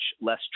less